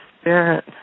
Spirit